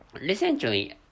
recently